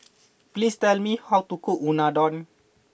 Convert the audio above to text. please tell me how to cook Unadon